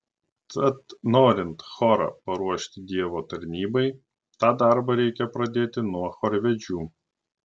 tad norint chorą paruošti dievo tarnybai tą darbą reikia pradėti nuo chorvedžių